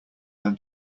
than